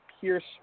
Pierce